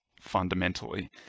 fundamentally